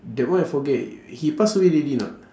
that one I forget he pass away already or not